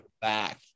Back